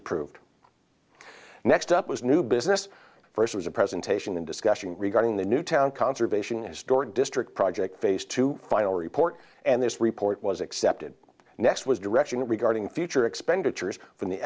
approved next up was new business first was a presentation and discussion regarding the newtown conservation historic district project phase two final report and this report was accepted next was direction regarding future expenditures from the